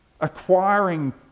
acquiring